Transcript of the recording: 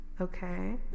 okay